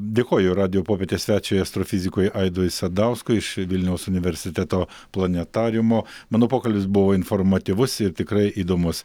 dėkoju radijo popietės svečiui astrofizikui aidui sadauskui iš vilniaus universiteto planetariumo manau pokalbis buvo informatyvus ir tikrai įdomus